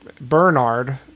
Bernard